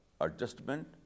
adjustment